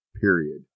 period